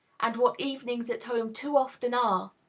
and what evenings at home too often are,